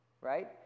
right